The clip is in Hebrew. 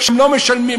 לא משלמים,